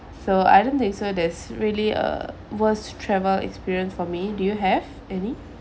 so I don't think so there's really a worst travel experience for me do you have any